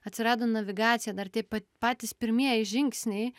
atsirado navigacija dar tie pat patys pirmieji žingsniai